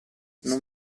non